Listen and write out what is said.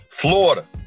Florida